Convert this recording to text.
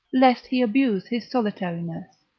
lest he abuse his solitariness,